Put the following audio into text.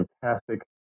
fantastic